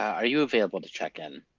are you available to check in?